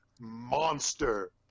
monster